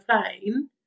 plane